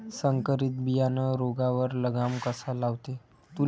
संकरीत बियानं रोगावर लगाम कसा लावते?